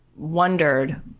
wondered